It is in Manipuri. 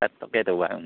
ꯆꯠꯊꯣꯛꯀꯦ ꯇꯧꯕ ꯎꯝ